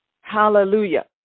Hallelujah